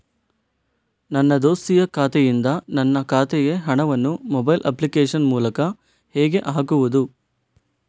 ನನ್ನ ದೋಸ್ತಿಯ ಖಾತೆಯಿಂದ ನನ್ನ ಖಾತೆಗೆ ಹಣವನ್ನು ಮೊಬೈಲ್ ಅಪ್ಲಿಕೇಶನ್ ಮೂಲಕ ಹೇಗೆ ಹಾಕುವುದು?